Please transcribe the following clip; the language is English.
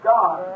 God